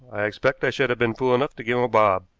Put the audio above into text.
i expect i should have been fool enough to give him a bob.